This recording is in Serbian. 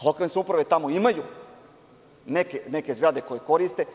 Lokalne samouprave tamo imaju neke zgrade koje koriste.